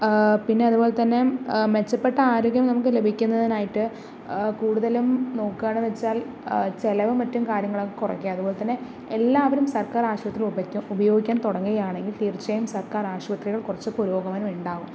പിന്നെ അതുപോലെത്തന്നെ മെച്ചപ്പെട്ട ആരോഗ്യം നമുക്ക് ലഭിക്കുന്നതിനായിട്ട് കൂടുതലും നോക്കുകയാണെന്നു വച്ചാൽ ചിലവ് മറ്റും കാര്യങ്ങളൊക്കെ കുറയ്ക്കുക അതുപോലെത്തന്നെ എല്ലാവരും സർക്കാർ ആശുപത്രി ഉപയോഗിക്കാൻ തുടങ്ങുകയാണെങ്കിൽ തീർച്ചയായും സർക്കാർ ആശുപത്രികൾ കുറിച്ച് പുരോഗമനം ഉണ്ടാകും